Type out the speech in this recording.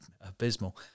abysmal